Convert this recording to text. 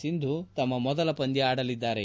ಸಿಂಧು ತಮ್ನ ಮೊದಲ ಪಂದ್ಯ ಆಡಲಿದ್ದಾರೆ